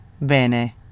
bene